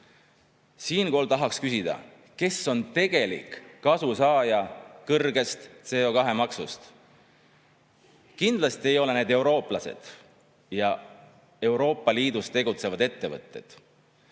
Siinkohal tahaksin küsida, kes on tegelik kasusaaja kõrgest CO2-maksust. Kindlasti ei ole need eurooplased ja Euroopa Liidus tegutsevad ettevõtted.